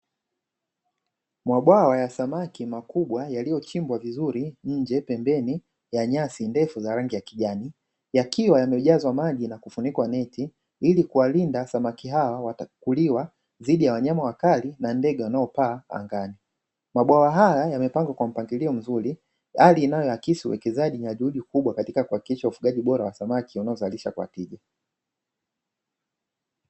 Mabwawa ya samaki makubwa yaliyochimbwa vizuri nje pembeni ya nyasi ndefu za rangi ya kijani , yakiwa yamejazwa maji na kufunikwa neti ili kuwalinda samaki hao watakao kuliwa dhidi ya wanyama wakali na ndege wanaopaa angani. Mabwawa hayo yamepangwa kwa mpangilio mzuri, hali inayoakisi uwekezeji na juhudi kubwa katika kuhakikisha ufugaji bora wa samaki wanaozalishwa kwa tija.